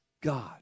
God